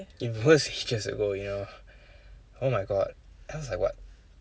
it was ages ago you know oh my god that was like what